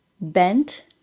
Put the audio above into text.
Bent